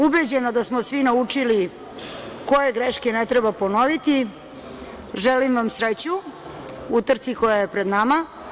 Ubeđena da smo svi naučili koje greške ne treba ponoviti želim vam sreću u trci koja je pred nama.